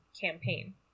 campaign